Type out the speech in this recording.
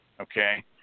okay